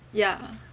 ya